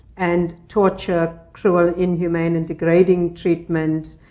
and torture, cruel, inhumane, and degrading treatment,